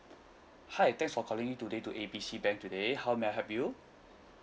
hi thanks for calling in today to A B C bank today how may I help you